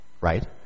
right